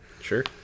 Sure